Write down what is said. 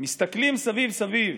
"מסתכלים סביב סביב".